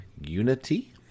unity